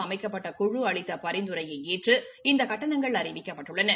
அமைக்கப்பட்ட குழு அளித்த பரிந்துரையை ஏற்று இந்த கட்டணங்கள் அறிவிக்கப்பட்டுள்ளன